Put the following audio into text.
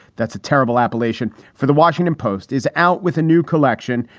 that's a terrible appellation for the washington post is out with a new collection.